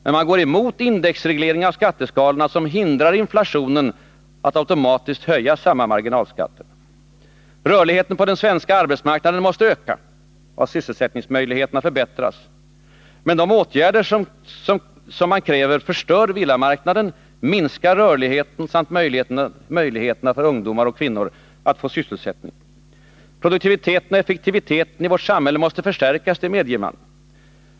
Men man går emot indexreglering av skatteskalorna, som hindrar inflationen att automatiskt höja samma marginalskatter. Rörligheten på den svenska arbetsmarknaden måste öka och sysselsättningsmöjligheterna förbättras. Men de åtgärder man kräver förstör villamarknaden, minskar rörligheten samt möjligheterna för ungdomar och kvinnor att få sysselsättning. Produktiviteten och effektiviteten i vårt samhälle måste förstärkas — det medger man.